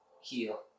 heal